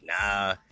nah